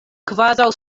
kvazaŭ